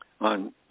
on